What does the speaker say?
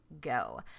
Go